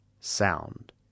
sound